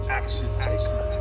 action-taker